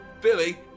Billy